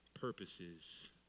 purposes